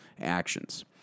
actions